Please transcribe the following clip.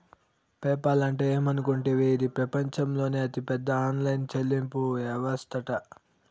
PayPal అంటే ఏమనుకుంటివి, ఇది పెపంచంలోనే అతిపెద్ద ఆన్లైన్ చెల్లింపు యవస్తట